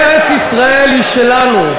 ארץ-ישראל היא שלנו.